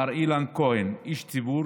מר אילן כהן איש ציבור,